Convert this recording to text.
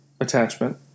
attachment